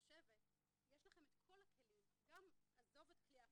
יש לכם את כל הכלים עזוב את כלי ההשבתה.